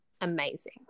amazing